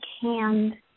hand